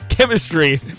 Chemistry